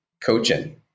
coaching